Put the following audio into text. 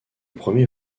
premier